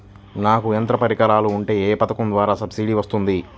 నాకు యంత్ర పరికరాలు ఉంటే ఏ పథకం ద్వారా సబ్సిడీ వస్తుంది?